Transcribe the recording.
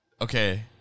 Okay